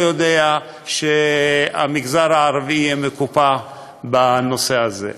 לא יודע על כך שהמגזר הערבי יהיה מקופח בנושא הזה.